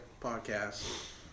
podcast